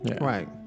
Right